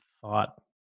thought